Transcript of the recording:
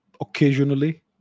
occasionally